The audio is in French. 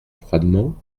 froidement